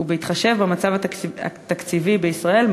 5. בהתחשב במצב התקציבי בישראל,